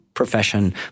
Profession